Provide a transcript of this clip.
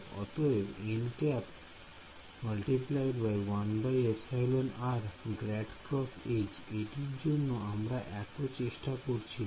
অতএব nˆ × 1εr∇× এটির জন্য আমরা এত চেষ্টা করছিলাম